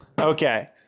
Okay